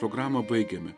programą baigėme